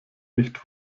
nicht